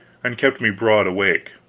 and kept me broad awake.